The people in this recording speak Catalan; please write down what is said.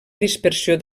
dispersió